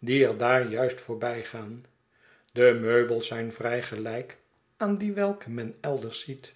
die er daar juist voorbijgaan de meubels zijn vrij gelijk aan die welke men elders ziet